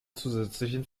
zusätzlichen